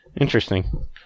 Interesting